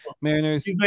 Mariners